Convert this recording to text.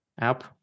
app